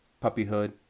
puppyhood